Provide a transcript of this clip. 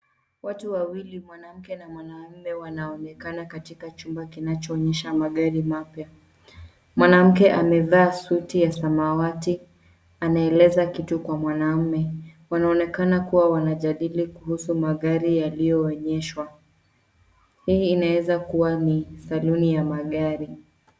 Watu wawili, mwanamke na mwamume wanaonekana katika chumba kinachoonyesha magari mapya. Mwanamke amevaa suti ya samawati anaeleza kitu kwa mwanamume. Wanaonekana kuwa wanajadili kuhusu magari yaliyoonyeshwa. Hii inaweza kuwa ni saloon ya magari.